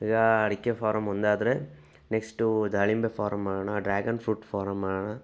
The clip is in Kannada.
ಈಗ ಅಡಿಕೆ ಫಾರಮ್ ಒಂದಾದ್ರೆ ನೆಕ್ಸ್ಟು ದಾಳಿಂಬೆ ಫಾರಮ್ ಮಾಡೋಣ ಡ್ರ್ಯಾಗನ್ ಫ್ರೂಟ್ ಫಾರಮ್ ಮಾಡೋಣ